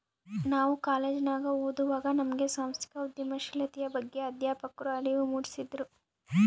ನಾವು ಕಾಲೇಜಿನಗ ಓದುವಾಗೆ ನಮ್ಗೆ ಸಾಂಸ್ಥಿಕ ಉದ್ಯಮಶೀಲತೆಯ ಬಗ್ಗೆ ಅಧ್ಯಾಪಕ್ರು ಅರಿವು ಮೂಡಿಸಿದ್ರು